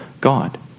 God